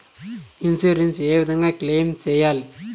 Insurance ఏ విధంగా claim సేయాలి?